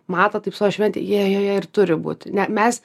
mato taip savo šventę jie joje ir turi būt ne mes